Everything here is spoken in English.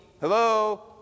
Hello